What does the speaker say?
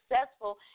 successful